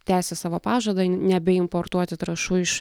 tęsi savo pažadą nebeimportuoti trąšų iš